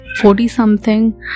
Forty-something